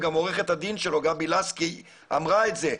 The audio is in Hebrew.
וגם עורכת הדין שלו גבי לסקי אמרה את זה,